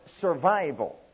survival